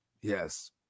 Yes